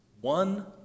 one